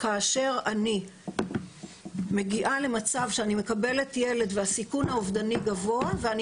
כאשר אני מגיעה למצב שאני מקבלת ילד והסיכון האובדני גבוה ואני